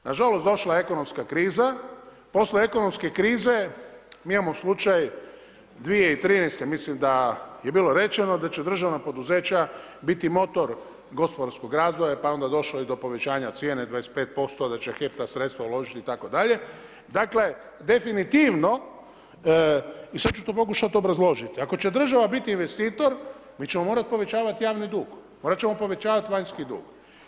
Nažalost, došla je ekonomska kriza, poslije ekonomske krize mi imamo slučaj 2013., mislim da je bilo rečeno da će državna poduzeća biti motor gospodarskog razvoja pa je onda došlo i do povećanja cijene 25%, da će HEP ta sredstva uložiti itd. dakle definitivno i sada ću to pokušati obrazložiti, ako će država biti investitor, mi ćemo morati povećavati javni dug, morat ćemo povećavati vanjski dug.